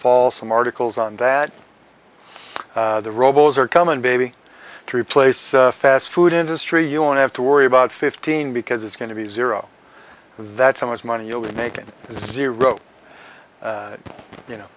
fall some articles on that the robles or come on baby to replace fast food industry you won't have to worry about fifteen because it's going to be zero that's how much money you'll be making zero you know